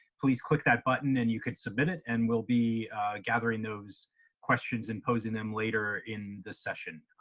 please click that button and you can submit it and we'll be gathering those questions and posing them later in the session.